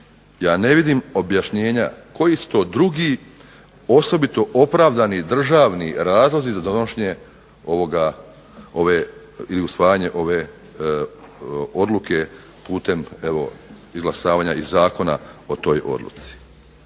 Ja ne vidim objašnjenje koji su to drugi osobito opravdani državni razlozi za donošenje ili usvajanje ove odluke putem izglasavanja i zakona o toj odluci.